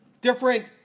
different